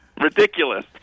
Ridiculous